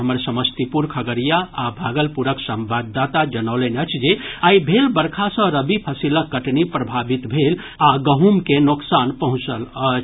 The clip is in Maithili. हमर समस्तीपुर खगड़िया आ भागलपुरक संवाददाता जनौलनि अछि जे आइ भेल बरखा सँ रबी फसिलक कटनी प्रभावित भेल आ गहूंम के नोकसान पहुंचल अछि